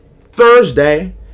Thursday